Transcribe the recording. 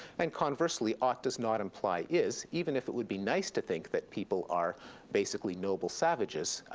and conversely ought does not imply is. even if it would be nice to think that people are basically noble savages,